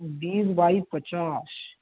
बीस बाय पचास